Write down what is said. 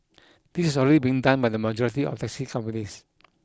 this is already being done by the majority of taxi companies